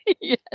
yes